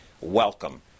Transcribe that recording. Welcome